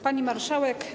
Pani Marszałek!